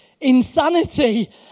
insanity